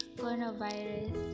coronavirus